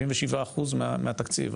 77% מהתקציב.